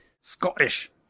Scottish